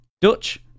Dutch